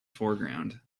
foreground